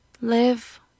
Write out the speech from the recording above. live